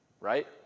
right